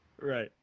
Right